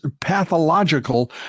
pathological